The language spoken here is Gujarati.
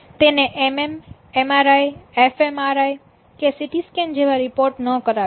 તેને MM MRI FMRI કે CT SCAN જેવા રિપોર્ટ ન કરાવે